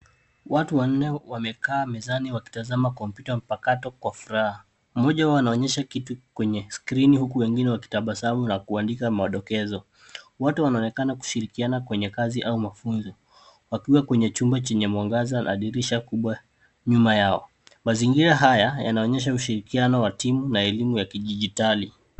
Watu wanne wamekaa mezani wakitazama kompyuta mpakato kwa furaha. Mmoja wao anaonyesha kitu kwenye skrini huku wengine wakitabasamu na kuandika madokezo. Wote wanaonekana kushirikiana kwenye kazi au mafunzo; wakiwa kwenye chumba chenye mwangaza na dirisha kubwa nyuma yao. Mazingira haya yanaonyesha ushirikiano wa timu na elimu ya kidijitali.